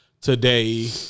today